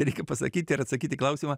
reikia pasakyti ir atsakyti į klausimą